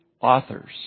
authors